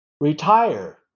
Retire